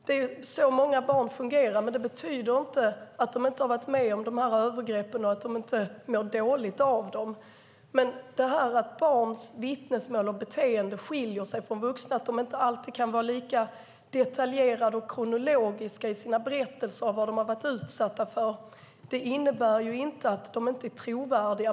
Det är så många barn fungerar, men det betyder inte att de inte har varit med om de här övergreppen och att de inte mår dåligt av dem. Att barns vittnesmål och beteende skiljer sig från vuxnas, att de inte alltid kan vara lika detaljerade och kronologiska i sina berättelser om vad de har varit utsatta för, innebär inte att de inte är trovärdiga.